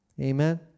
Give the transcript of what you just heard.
Amen